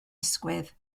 ysgwydd